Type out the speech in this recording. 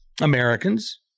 Americans